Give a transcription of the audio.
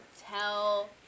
Tell